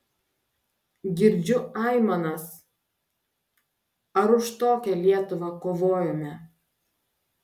girdžiu aimanas ar už tokią lietuvą kovojome